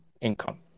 income